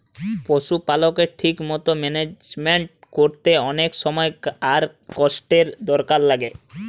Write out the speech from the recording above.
পশুপালকের ঠিক মতো ম্যানেজমেন্ট কোরতে অনেক সময় আর কষ্টের দরকার লাগে